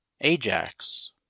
Ajax